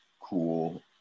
cool